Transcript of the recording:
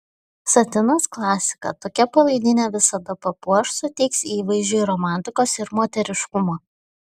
satinas klasika tokia palaidinė visada papuoš suteiks įvaizdžiui romantikos ir moteriškumo